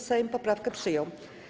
Sejm poprawkę przyjął.